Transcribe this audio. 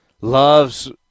loves